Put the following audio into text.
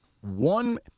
One